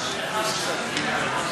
חוק התכנון והבנייה